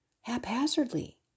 haphazardly